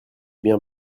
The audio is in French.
bien